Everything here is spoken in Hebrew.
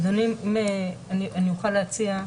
אדוני, אם אוכל להציע.